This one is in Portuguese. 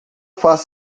faz